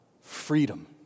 freedom